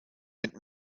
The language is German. mit